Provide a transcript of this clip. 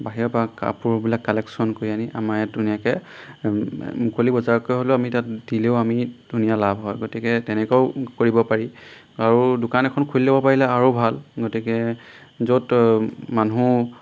বাহিৰৰপৰা কাপোৰবিলাক কালেকশ্যন কৰি আনি আমাৰ ধুনীয়াকৈ মুকলি বজাৰকৈ হ'লেও আমি তাত দিলেও আমি ধুনীয়া লাভ হয় গতিকে তেনেকুৱাও কৰিব পাৰি আৰু দোকান এখন খুলি ল'ব পাৰিলে আৰু ভাল গতিকে য'ত মানুহ